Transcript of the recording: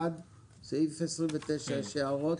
הצבעה סעיף 85(28) אושר סעיף 29 יש הערות?